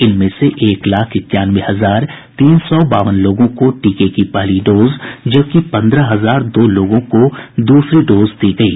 इनमें से एक लाख इक्यानवे हजार तीन सौ बावन लोगों को टीके की पहली डोज जबकि पन्द्रह हजार दो लोगों को दूसरी डोज दी गयी